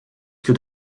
que